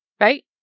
right